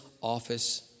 office